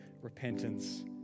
repentance